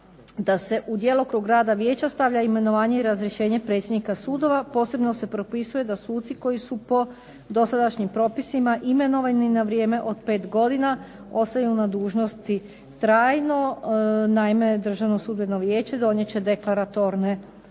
da se u djelokrug rada vijeća stavlja imenovanje i razrješenje predsjednika sudova. Posebno se propisuje da suci koji su po dosadašnjim propisima imenovani na vrijeme od 5 godina ostaju na dužnosti trajno. Naime, Državno sudbeno vijeće donijet će deklaratorne odluke